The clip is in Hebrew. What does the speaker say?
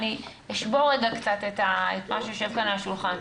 אני אשבור רגע קצת את מה שיושב כאן על השולחן.